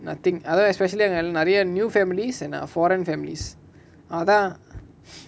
nothing அதா:atha especially அங்க:anga el~ நெரய:neraya new families and a foreign families அதா:atha